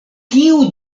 kiu